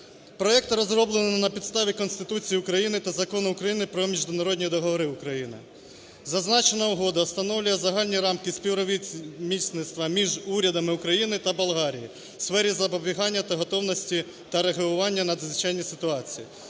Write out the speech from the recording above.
Проект розроблено на підставі Конституції України та Закону України "Про міжнародні договори України". Зазначена угода встановлює загальні рамки співробітництва між урядами України та Болгарії у сфері запобігання та готовності, та реагування на надзвичайні ситуації.